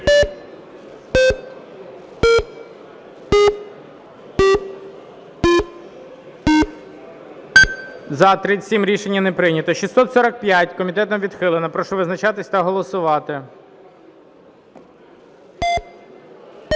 За-37 Рішення не прийнято. 645-а. Комітетом відхилена. Прошу визначатись та голосувати.